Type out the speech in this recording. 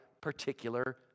particular